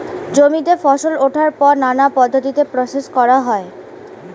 জমিতে ফসল ওঠার পর নানা পদ্ধতিতে প্রসেস করা হয়